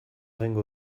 egingo